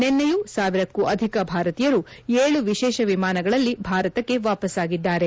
ನಿನ್ನೆಯೂ ಸಾವಿರಕ್ಕೂ ಅಧಿಕ ಭಾರತೀಯರು ಏಳು ವಿಶೇಷ ವಿಮಾನಗಳಲ್ಲಿ ಭಾರತಕ್ಕೆ ವಾಪಸಾಗಿದ್ದಾರೆ